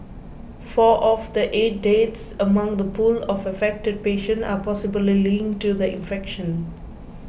four of the eight deaths among the pool of affected patients are possibly linked to the infection